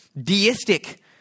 deistic